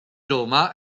roma